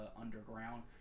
underground